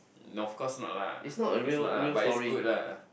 of course not lah it's not lah but it's good lah